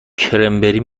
کرنبری